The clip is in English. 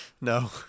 No